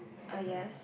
I guess